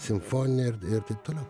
simfoniją i ir taip toliau